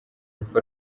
alpha